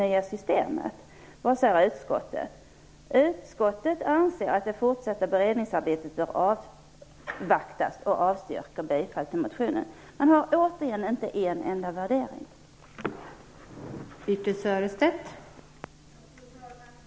Jag tycker att det är otydligt.